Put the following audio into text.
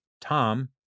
Tom